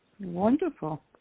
wonderful